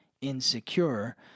insecure